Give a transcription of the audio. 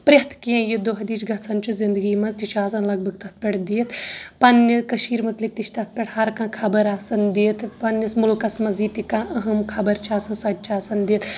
پرٛٮ۪تھ کیٚنٛہہ یہِ دۄہ دِش چھُ گژھان زِنٛدگی منٛز تہِ چھُ آسان تَتھ پٮ۪ٹھ دِتھ پننہِ کٔشیٖرِ مُتعلِق تہِ چھ تَتھ پٮ۪ٹھ ہر کانٛہہ خبر آسان دِتھ پنٕنِس مُلکس منٛز یہِ تہِ کانٛہہ اہم خبر چھ آسان سۄ تہِ چھ آسان دِتھ